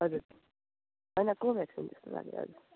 हजुर होइन को भ्याक्सिन जस्तो लाग्यो हजुर